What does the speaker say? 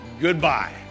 goodbye